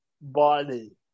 body